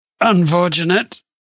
unfortunate